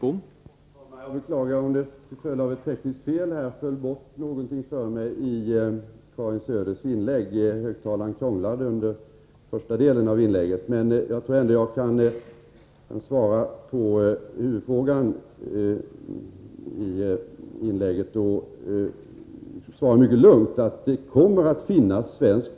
Jag måste säga att en sådan hantering vore mycket oansvarig.